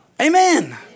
Amen